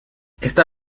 esta